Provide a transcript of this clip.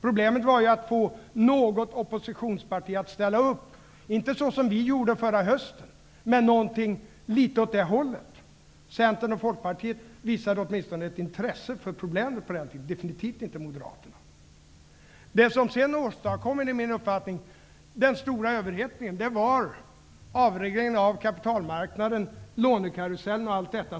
Problemet var att få något oppositionsparti att ställa upp, inte såsom vi gjorde i höstas, men någonting åt det hållet. Centern och Folkpartiet visade åtminstone ett intresse för problemet på den tiden. Det gjorde definitivt inte Det som sedan, enligt min uppfattning, åstadkom den stora överhettningen var avregleringen av kapitalmarknaden, lånekarusellen och allt detta.